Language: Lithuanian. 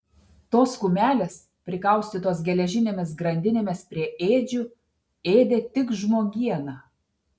tos kumelės prikaustytos geležinėmis grandinėmis prie ėdžių ėdė tik žmogieną